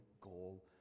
goal